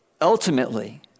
ultimately